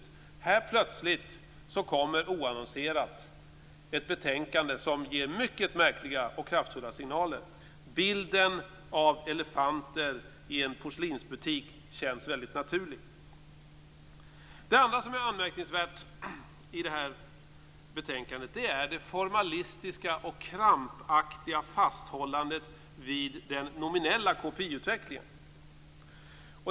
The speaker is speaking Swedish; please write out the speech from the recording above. Här kommer plötsligt ett oannonserat betänkande som ger mycket märkliga och kraftfulla signaler. Bilden av elefanter i en porslinsbutik känns väldigt naturlig. Det andra som är anmärkningsvärt i detta betänkande är det formalistiska och krampaktiga fasthållandet vid den nominella KPI-utvecklingen.